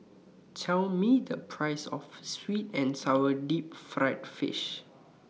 Tell Me The Price of Sweet and Sour Deep Fried Fish